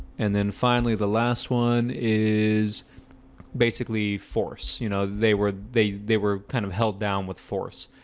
and then finally the last one is basically force, you know, they were they they were kind of held down with force.